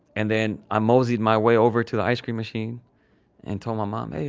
and then, i mosied my way over to the ice cream machine and told my mom, hey, ah,